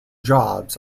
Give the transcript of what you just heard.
jobs